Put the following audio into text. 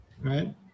right